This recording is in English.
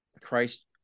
christ